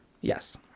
Yes